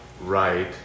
right